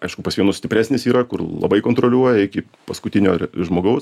aišku pas vienus stipresnis yra kur labai kontroliuoja iki paskutinio žmogaus